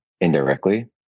indirectly